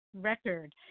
record